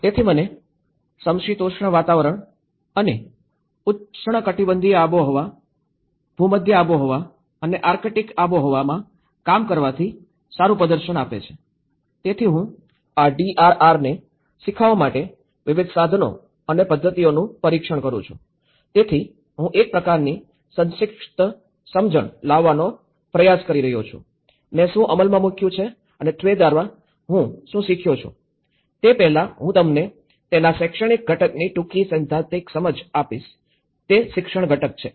તેથી તે મને સમશીતોષ્ણ હવામાન અને ઉષ્ણકટિબંધીય આબોહવા ભૂમધ્ય આબોહવા અને આર્કટિક આબોહવામાં કામ કરવાથી સારું પ્રદર્શન આપે છે તેથી હું આ ડીઆરઆરને શીખવવા માટે વિવિધ સાધનો અને પદ્ધતિઓનું પરીક્ષણ કરું છું તેથી હું એક પ્રકારની સંક્ષિપ્ત સમજણ લાવવાનો પ્રયાસ કરી રહ્યો છું મેં શું અમલમાં મૂક્યું છે અને તે દ્વારા હું શું શીખ્યો છું તેથી તે પહેલાં હું તમને તેના શૈક્ષણિક ઘટકની ટૂંકી સૈદ્ધાંતિક સમજ આપીશ તે શિક્ષણ ઘટક છે